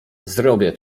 zrobię